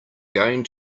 going